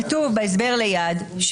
כתוב בהסבר ליד,